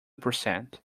percent